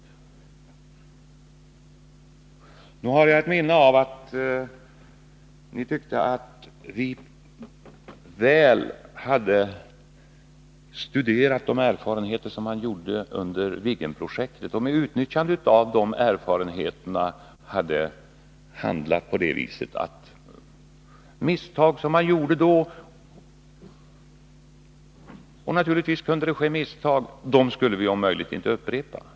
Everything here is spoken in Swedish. Nog har jag ett minne av att ni tyckte att vi väl hade studerat erfarenheterna från Viggenprojektet med dess misstag, så att dessa om möjligt inte skulle upprepas.